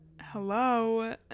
hello